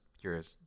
curious